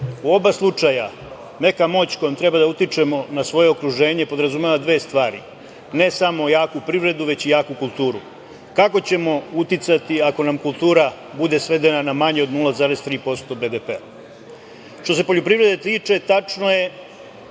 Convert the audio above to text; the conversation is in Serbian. u oba slučaja neka moć kojom treba da utičemo na svoje okruženje podrazumeva dve stvari, ne samo jaku privredu, već i jaku kulturu, kako ćemo uticati ako nam kultura bude svedena na manje od 0,3% BDP-a? Što se poljoprivrede tiče, tačno je…